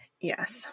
Yes